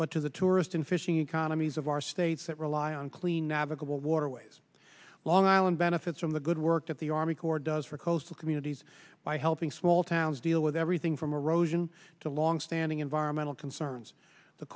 but to the tourist and fishing economies of our states that rely on clean navigable waterways long island benefits from the good work that the army corps does for coastal communities by helping small towns deal with everything from erosion to long standing environmental concerns the